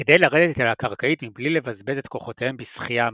כדי לרדת אל הקרקעית מבלי לבזבז את כוחותיהם בשחייה מטה,